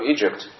Egypt